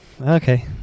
okay